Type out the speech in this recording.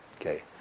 Okay